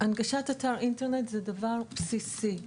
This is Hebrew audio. הנגשת אתר אינטרנט זה דבר בסיסי.